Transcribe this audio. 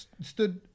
stood